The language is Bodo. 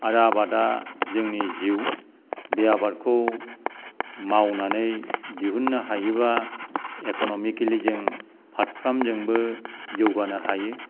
आरो आबादआ जोंनि जिउ बे आबादखौ मावनानै दिहुन्नो हायोबा इक'नमिकेलि जों फारफ्रामजोंबो जौगानो हायो